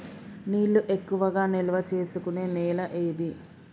నీళ్లు ఎక్కువగా నిల్వ చేసుకునే నేల ఏది?